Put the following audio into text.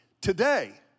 Today